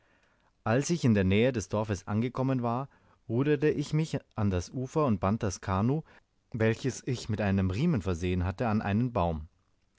als ich in der nähe des dorfes angekommen war ruderte ich mich an das ufer und band das kanoe welches ich mit einem riemen versehen hatte an einen baum